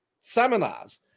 seminars